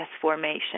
formation